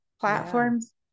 platforms